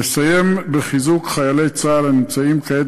נסיים בחיזוק חיילי צה"ל הנמצאים כעת